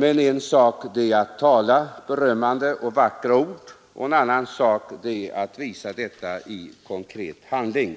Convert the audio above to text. Men en sak är att tala berömmande och vackra ord, en annan sak är att visa detta i konkret handling.